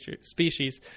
species